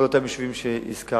כל אותם יישובים שהזכרת,